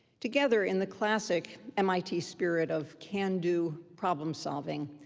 together in the classic mit spirit of can-do problem solving,